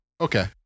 Okay